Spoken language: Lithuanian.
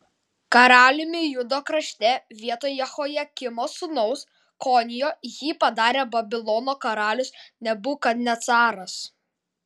karaliumi judo krašte vietoj jehojakimo sūnaus konijo jį padarė babilono karalius nebukadnecaras